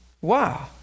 Wow